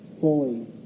fully